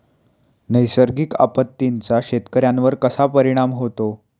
नैसर्गिक आपत्तींचा शेतकऱ्यांवर कसा परिणाम होतो?